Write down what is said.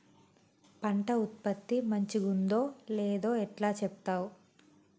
పంట ఉత్పత్తి మంచిగుందో లేదో ఎట్లా చెప్తవ్?